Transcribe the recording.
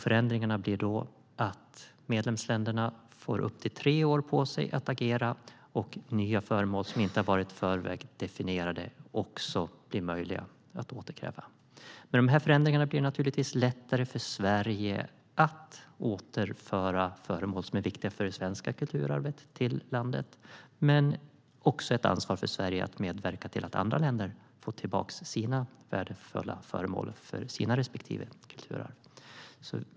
Förändringarna innebär att medlemsländerna får upp till tre år på sig att agera, och nya föremål som inte har varit definierade i förväg blir också möjliga att återkräva. Med dessa förändringar blir det naturligtvis lättare för Sverige att återföra föremål som är viktiga för det svenska kulturarvet till landet, men det blir också ett ansvar för Sverige att medverka till att andra länder får tillbaka föremål som är värdefulla för deras respektive kulturarv.